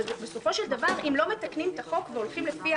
אבל בסופו של דבר אם לא מתקנים את החוק והולכים לפי